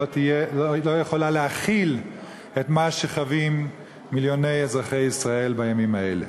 והיא לא יכולה להכיל את מה שחווים מיליוני אזרחי ישראל בימים האלה.